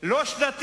אפילו לא שנתי.